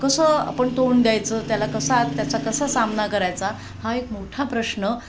कसं कसं आपण तोंड द्यायचं त्याला कसा त्याचा कसा सामना करायचा हा एक मोठा प्रश्न